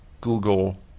Google